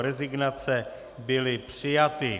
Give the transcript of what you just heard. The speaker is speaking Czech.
Rezignace byly přijaty.